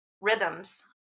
rhythms